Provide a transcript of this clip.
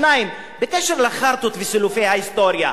שנית, בקשר לחארטות וסילופי ההיסטוריה,